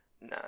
No